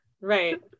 right